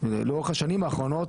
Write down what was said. לאורך השנים האחרונות,